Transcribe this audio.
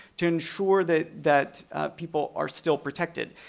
to ensure that that people are still protected.